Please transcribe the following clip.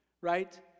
right